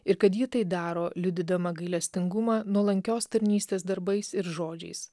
ir kad ji tai daro liudydama gailestingumą nuolankios tarnystės darbais ir žodžiais